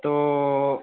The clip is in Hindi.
तो